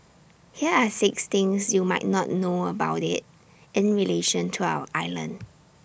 here are six things you might not know about IT in relation to our island